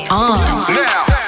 Now